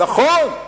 נכון.